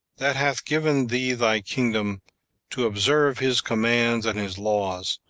that hath given thee thy kingdom to observe his commands and his laws,